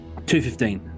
215